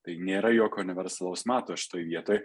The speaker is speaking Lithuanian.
tai nėra jokio universalaus mato šitoj vietoj